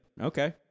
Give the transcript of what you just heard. Okay